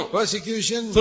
persecution